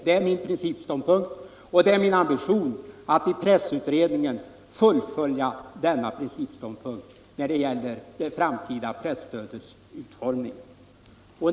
Detta är min principståndpunkt, och det är min ambition att i pressutredningen fullfölja den principståndpunkten när det gäller det framtida presstödets utformning.